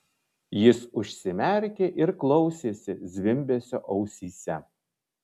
jis užsimerkė ir klausėsi zvimbesio ausyse